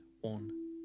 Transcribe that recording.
one